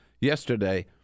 Yesterday